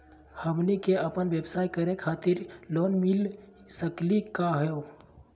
हमनी क अपन व्यवसाय करै खातिर लोन मिली सकली का हो?